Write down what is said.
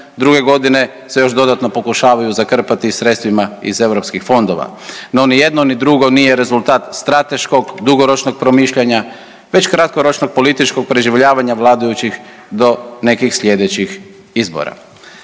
druge godine se još dodatno pokušavaju zakrpat i sredstvima iz eu fondova, no nijedno ni drugo nije rezultat strateškog, dugoročnog promišljanja već kratkoročnog političkog preživljavanja vladajućih do nekih sljedećih izbora.